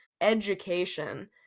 Education